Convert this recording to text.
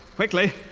quickly!